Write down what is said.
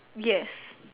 yes